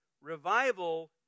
Revival